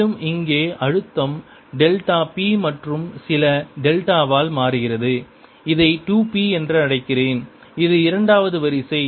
மேலும் இங்கே அழுத்தம் டெல்டா p மற்றும் சில டெல்டாவால் மாறுகிறது இதை 2 p என்று அழைக்கிறேன் இது இரண்டாவது வரிசை